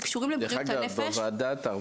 שקשורים לוועדת הנפש.